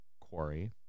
quarry